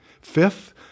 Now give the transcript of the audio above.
fifth